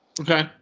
Okay